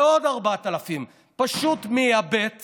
ועוד 4,000. פשוט מייבאת